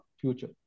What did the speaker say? future